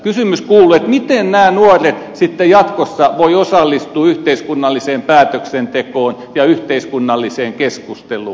kysymys kuuluu miten nämä nuoret jatkossa voivat osallistua yhteiskunnalliseen päätöksentekoon ja yhteiskunnalliseen keskusteluun